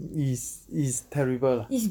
is is terrible lah